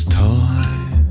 time